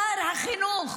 שר החינוך